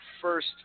first